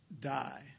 die